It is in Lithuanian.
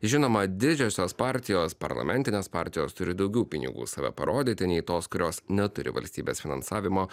žinoma didžiosios partijos parlamentinės partijos turi daugiau pinigų save parodyti nei tos kurios neturi valstybės finansavimo